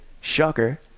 Shocker